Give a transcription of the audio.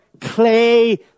clay